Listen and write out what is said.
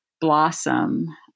blossom